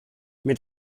mit